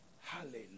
Hallelujah